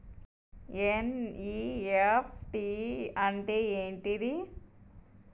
NEFT అంటే ఏంటిది?